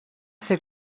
ser